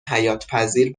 حیاتپذیر